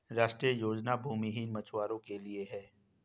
राष्ट्रीय योजना भूमिहीन मछुवारो के लिए है